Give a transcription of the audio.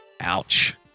Ouch